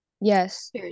yes